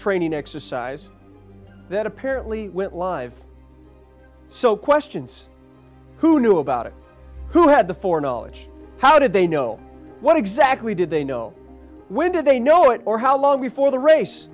training exercise that apparently went live so questions who knew about it who had the four knowledge how did they know what exactly did they know when did they know it or how long before the race